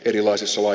grillausessua